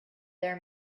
their